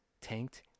tanked